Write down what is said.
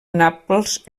nàpols